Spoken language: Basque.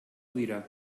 dira